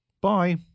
bye